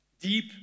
deep